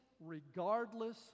regardless